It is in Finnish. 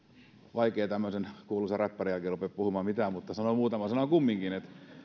vaikea tämmöisen kuuluisan räppärin jälkeen on ruveta puhumaan mitään mutta sanon muutaman sanan kumminkin